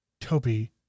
Toby